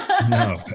no